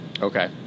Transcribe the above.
Okay